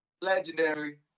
Legendary